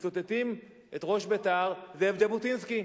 מצטטים את ראש בית"ר זאב ז'בוטינסקי.